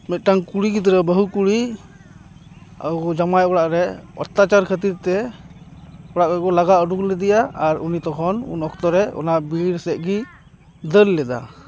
ᱢᱤᱫᱴᱟᱝ ᱠᱩᱲᱤ ᱜᱤᱫᱽᱨᱟᱹ ᱵᱟᱹᱦᱩ ᱠᱩᱲᱤ ᱡᱟᱢᱟᱭ ᱚᱲᱟᱜ ᱨᱮ ᱚᱛᱛᱟᱪᱟᱨ ᱠᱷᱟᱹᱛᱤᱨ ᱛᱮ ᱚᱲᱟᱜ ᱠᱷᱚᱡ ᱠᱚ ᱞᱟᱜᱟ ᱩᱰᱩᱠ ᱞᱮᱫᱮᱭᱟ ᱟᱨ ᱩᱱᱤ ᱛᱚᱠᱷᱚᱱ ᱩᱱ ᱚᱠᱛᱚ ᱨᱮ ᱚᱱᱟ ᱵᱤᱨ ᱥᱮᱫ ᱜᱮ ᱫᱟᱹᱲ ᱞᱮᱫᱟ